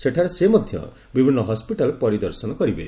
ସେଠାରେ ସେ ମଧ୍ୟ ବିଭିନ୍ନ ହସ୍କିଟାଲ୍ ପରିଦର୍ଶନ କରିବେ